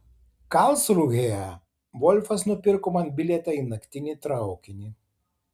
karlsrūhėje volfas nupirko man bilietą į naktinį traukinį